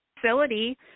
facility